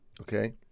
okay